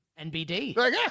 NBD